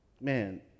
man